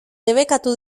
debekatu